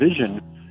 vision